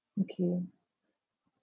okay